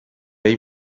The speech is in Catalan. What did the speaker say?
ell